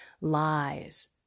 lies